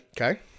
Okay